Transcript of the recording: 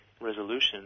resolution